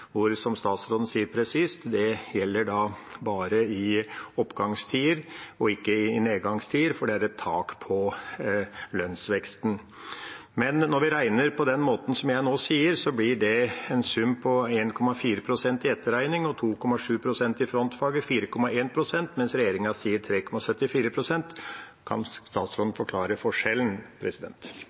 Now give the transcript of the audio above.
som, som statsråden sier presist, gjelder bare i oppgangstider og ikke i nedgangstider, for det er et tak på lønnsveksten. Men når vi regner på den måten som jeg nå sier, blir det en sum på 1,4 pst. i etterregning og 2,7 pst. i frontfaget – 4,1 pst. – mens regjeringa sier 3,74 pst. Kan statsråden forklare forskjellen?